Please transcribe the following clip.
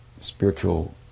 spiritual